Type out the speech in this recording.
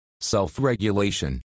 Self-Regulation